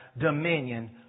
dominion